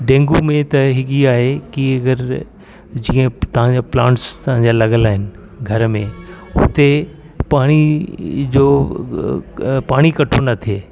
dengue में त इहा आहे कि अगरि जीअं तव्हांजो प्लांट्स तव्हांजा लॻियलु आहिनि घर में हुते पाणी जो पाणी इकट्ठो न थिए